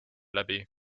läbi